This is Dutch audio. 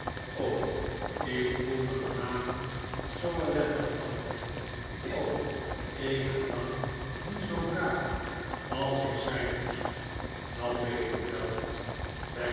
ik voel me vanavond zoo ellendig tante o ik ben lang niet zoo braaf als ik zijn moest dat weet ik wel